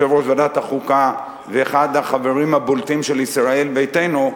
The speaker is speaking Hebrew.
יושב-ראש ועדת החוקה ואחד החברים הבולטים של ישראל ביתנו,